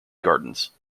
gardens